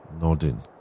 nodding